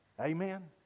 Amen